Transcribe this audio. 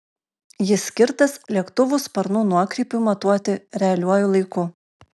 jis skirtas lėktuvų sparnų nuokrypiui matuoti realiuoju laiku